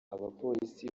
abapolisi